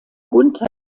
gunther